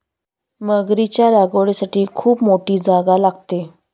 मगरीच्या लागवडीसाठी खूप मोठी जागा लागते